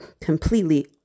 completely